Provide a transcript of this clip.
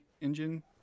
engine